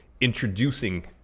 introducing